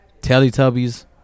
Teletubbies